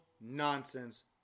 nonsense